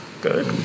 good